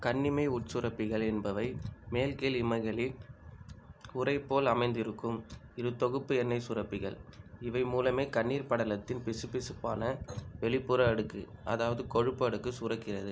கண்ணிமை உட்சுரப்பிகள் என்பவை மேல் கீழ் இமைகளில் உறை போல் அமைந்திருக்கும் இரு தொகுப்பு எண்ணெய்ச் சுரப்பிகள் இவை மூலமே கண்ணீர் படலத்தின் பிசுபிசுப்பான வெளிப்புற அடுக்கு அதாவது கொழுப்பு அடுக்கு சுரக்கிறது